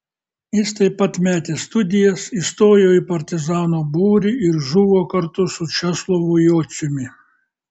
jis taip pat metė studijas įstojo į partizanų būrį ir žuvo kartu su česlovu jociumi